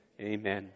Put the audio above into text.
Amen